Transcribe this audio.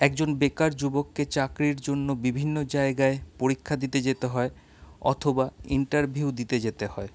একজন বেকার যুবককে চাকরির জন্য বিভিন্ন জায়গায় পরীক্ষা দিতে যেতে হয় অথবা ইন্টারভিউ দিতে যেতে হয়